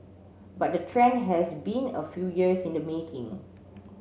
but the trend has been a few years in the making